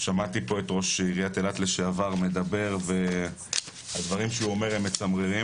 שמעתי פה את ראש עיריית אילת לשעבר מדבר והדברים שהוא אומר הם מצמררים.